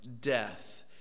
death